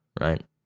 right